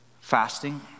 Fasting